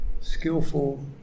skillful